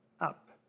up